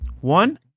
One